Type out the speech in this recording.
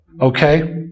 Okay